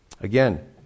again